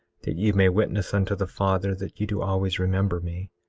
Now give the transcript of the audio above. that ye may witness unto the father that ye do always remember me.